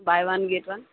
buy one get one